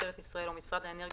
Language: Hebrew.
משטרת ישראל או משרד האנרגיה,